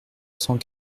cent